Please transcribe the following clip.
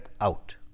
out